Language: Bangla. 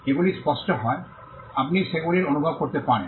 এগুলি স্পষ্ট হয় আপনি সেগুলি অনুভব করতে পারেন